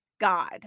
God